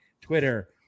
Twitter